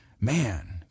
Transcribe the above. man